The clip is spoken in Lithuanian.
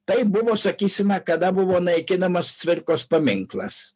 tai buvo sakysime kada buvo naikinamas cvirkos paminklas